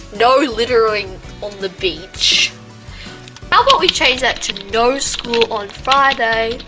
no littering on the beach how about we change that to no school on fridays.